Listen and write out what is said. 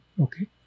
Okay